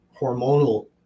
hormonal